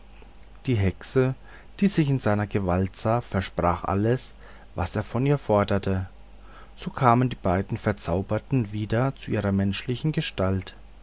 die hexe die sich in seiner gewalt sah versprach alles was er von ihr forderte so kamen die beiden verzauberten wieder zu ihrer menschlichen gestalt